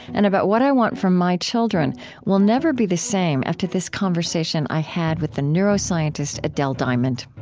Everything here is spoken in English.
and about what i want for my children will never be the same after this conversation i had with the neuroscientist adele diamond.